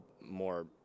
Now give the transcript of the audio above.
more